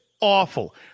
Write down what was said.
awful